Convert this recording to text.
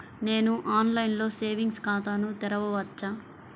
నేను ఆన్లైన్లో సేవింగ్స్ ఖాతాను తెరవవచ్చా?